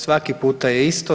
Svaki puta je isto.